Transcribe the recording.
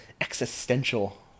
existential